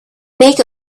make